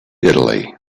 italy